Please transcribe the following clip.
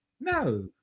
No